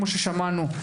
כמו ששמענו,